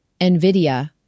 NVIDIA